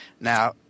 Now